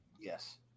Yes